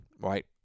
right